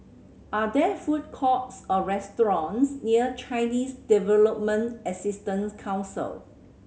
are there food courts or restaurants near Chinese Development Assistance Council